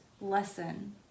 lesson